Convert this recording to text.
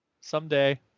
Someday